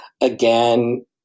again